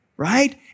right